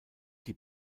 die